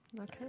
Okay